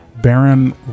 Baron